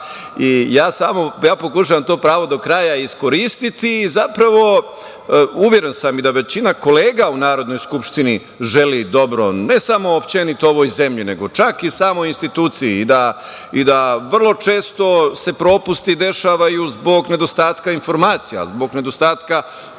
pokušavam to pravo do kraja iskoristiti i zapravo uveren sam i da većina kolega u Narodnoj skupštini želi dobro, ne samo uopšte ovoj zemlji nego čak i samoj instituciji i da vrlo često se propusti dešavaju zbog nedostatka informacija, zbog nedostatka uvida,